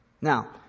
Now